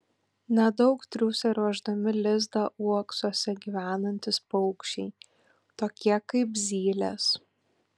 nedaug triūsia ruošdami lizdą uoksuose gyvenantys paukščiai tokie kaip zylės